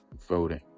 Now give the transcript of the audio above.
voting